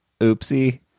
oopsie